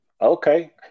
Okay